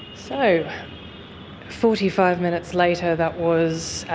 so forty five minutes later that was,